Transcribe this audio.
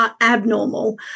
abnormal